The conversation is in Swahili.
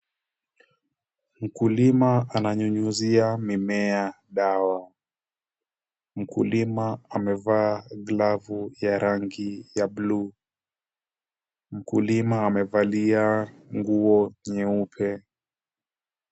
Mkulima ananyunyizia mimea dawa. Mkulima amevaa glavu ya rangi ya bluu. Mkulima amevalia nguo nyeupe.